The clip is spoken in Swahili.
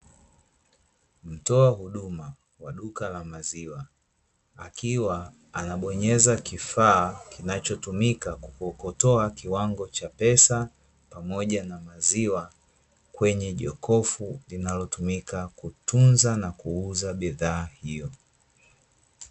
Mtoa huduma wa duka la maziwa, akiwa anabonyeza kifaa kinachotumika kukokotoa kiwango cha pesa pamoja na maziwa, kwenye jokofu linalotumika kutunza na kuuza bidhaa hiyo.